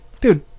dude